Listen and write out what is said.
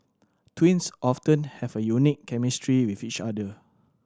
twins often have a unique chemistry with each other